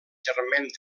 germain